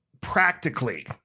practically